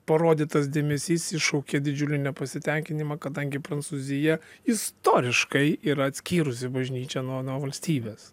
parodytas dėmesys iššaukė didžiulį nepasitenkinimą kadangi prancūzija istoriškai yra atskyrusi bažnyčią nuo nuo valstybės